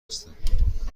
هستم